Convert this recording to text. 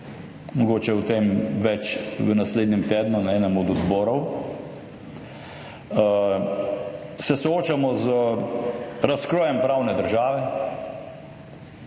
mogoče o tem več v naslednjem tednu na enem od odborov, se soočamo z razkrojem pravne države